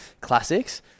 classics